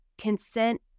Consent